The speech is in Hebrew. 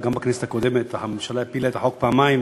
בכנסת הקודמת הממשלה הפילה את החוק פעמיים,